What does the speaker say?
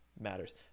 Matters